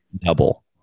double